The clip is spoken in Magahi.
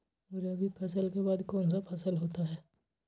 रवि फसल के बाद कौन सा फसल होता है?